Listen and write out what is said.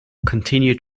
continued